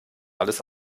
alles